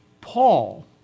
Paul